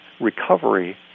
recovery